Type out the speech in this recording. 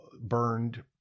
burned